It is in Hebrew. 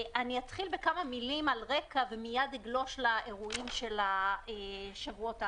אתחיל בכמה מילים על הרקע ומיד אגלוש לאירועים של השבועות האחרונים.